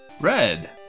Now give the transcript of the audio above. Red